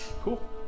Cool